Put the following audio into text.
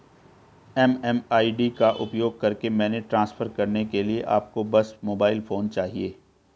MMID का उपयोग करके पैसे ट्रांसफर करने के लिए आपको बस मोबाइल फोन चाहिए